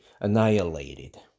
annihilated